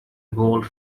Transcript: evolved